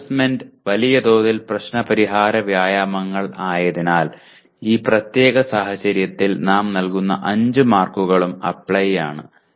assignment വലിയതോതിൽ പ്രശ്ന പരിഹാര വ്യായാമങ്ങൾ ആയതിനാൽ ഈ പ്രത്യേക സാഹചര്യത്തിൽ നാം നൽകുന്ന 5 മാർക്കുകളും അപ്ലൈ ആണ്